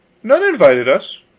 none invited us.